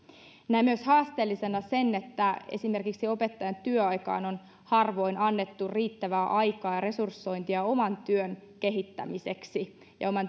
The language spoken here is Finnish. näen myös haasteellisena sen että esimerkiksi opettajan työaikaan on harvoin annettu riittävästi aikaa ja resursointia oman työn kehittämiseksi ja oman